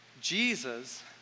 Jesus